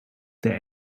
der